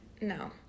no